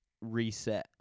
reset